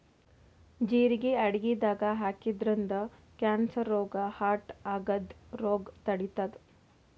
ಜಿರಗಿ ಅಡಗಿದಾಗ್ ಹಾಕಿದ್ರಿನ್ದ ಕ್ಯಾನ್ಸರ್ ರೋಗ್ ಹಾರ್ಟ್ಗಾ ಆಗದ್ದ್ ರೋಗ್ ತಡಿತಾದ್